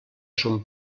son